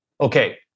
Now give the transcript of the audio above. okay